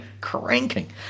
cranking